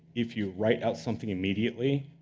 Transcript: if you write out something immediately,